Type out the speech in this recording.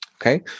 Okay